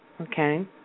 Okay